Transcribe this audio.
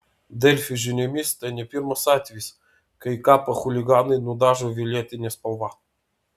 delfi žiniomis tai ne pirmas atvejis kai kapą chuliganai nudažo violetine spalva